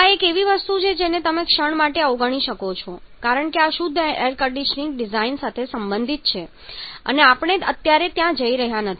આ એવી વસ્તુ છે જેને તમે ક્ષણ માટે અવગણી શકો છો કારણ કે આ શુદ્ધ એર કંડિશનિંગ ડિઝાઇન સાથે સંબંધિત છે અને આપણે અત્યારે ત્યાં જઈ રહ્યા નથી